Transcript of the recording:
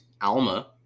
alma